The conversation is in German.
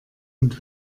und